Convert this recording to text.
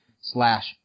slash